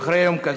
אחרי יום כזה.